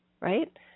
right